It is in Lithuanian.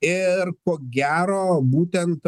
ir ko gero būtent